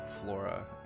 flora